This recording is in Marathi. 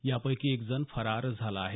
यापैकी एक जण फरार झाला आहे